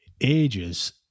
ages